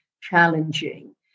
challenging